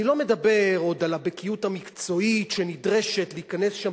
אני לא מדבר עוד על הבקיאות המקצועית שנדרשת כדי להיכנס שם